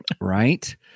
Right